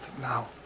now